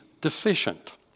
deficient